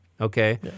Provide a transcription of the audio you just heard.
Okay